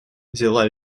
взяла